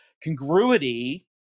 congruity